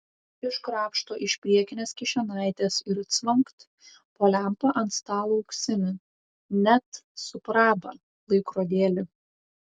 iškrapšto iš priekinės kišenaitės ir cvangt po lempa ant stalo auksinį net su praba laikrodėlį